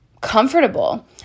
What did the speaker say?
comfortable